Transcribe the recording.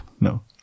no